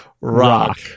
rock